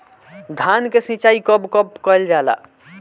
धान के सिचाई कब कब कएल जाला?